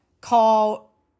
call